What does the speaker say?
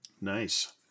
nice